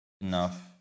enough